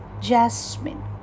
jasmine